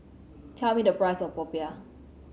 tell me the price of popiah